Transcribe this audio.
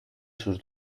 sus